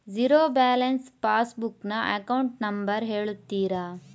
Zero balance pass book ನ account number ಹೇಳುತ್ತೀರಾ?